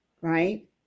right